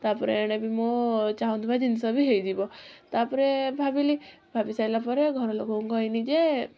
ତାପରେ ଏଣେ ବି ମୋ ଚାହୁଁଥିବା ଜିନିଷ ବି ହେଇଯିବ ତାପରେ ଭାବିଲି ଭାବି ସାଇଲା ପରେ ଘର ଲୋକଙ୍କୁ କହିଲି ଯେ